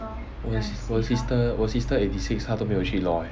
我 sister 我 sister 她都没有去 law eh